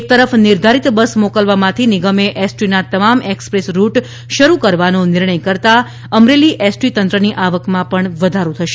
એક તરફ નિર્ધારિત બસ મોકલવામાંથી નિગમે એસટીના તમામ એક્સપ્રેસ રૂટ શરૂ કરવાનો નિર્ણય કરતા અમરેલી એસટી તંત્રની આવકમાં પણ વધારો થશે